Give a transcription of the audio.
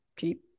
cheap